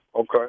okay